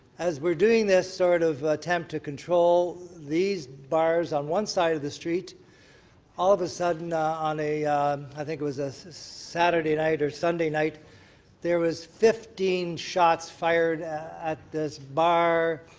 as we're doing this sort of attempt to control these bars on one side of the street all of a sudden on a i think it was a saturday night or sunday night there was fifteen shots fired at this bar,